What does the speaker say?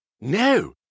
No